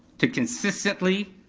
to consistently